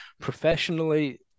Professionally